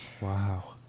Wow